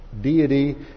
deity